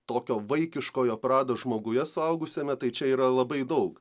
tokio vaikiškojo prado žmoguje suaugusiame tai čia yra labai daug